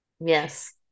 yes